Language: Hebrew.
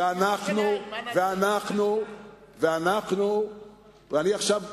ואני עכשיו,